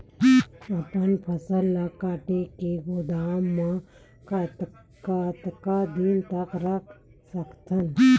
अपन फसल ल काट के गोदाम म कतेक दिन तक रख सकथव?